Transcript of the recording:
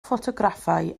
ffotograffau